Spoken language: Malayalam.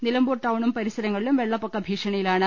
നിലമ്പൂർ ടൌണും പരിസരങ്ങളിലും വെള്ളപ്പൊക്ക ഭീഷണിയിലാണ്